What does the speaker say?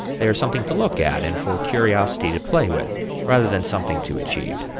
they are something to look at and for curiosity to play with rather than something to achieve.